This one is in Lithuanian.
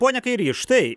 pone kairy štai